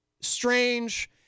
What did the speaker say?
strange